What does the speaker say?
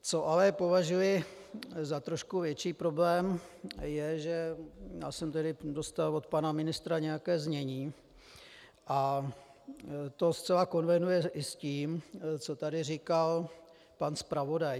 Co ale považuji za trošku větší problém, je, že já jsem tady dostal od pana ministra nějaké znění a to zcela konvenuje i s tím, co tady říkal pan zpravodaj.